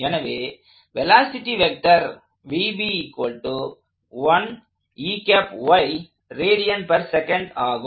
எனவே velocity vector ஆகும்